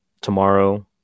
tomorrow